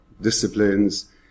disciplines